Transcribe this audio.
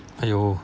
!aiyo!